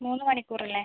മൂന്ന് മണിക്കൂർ അല്ലേ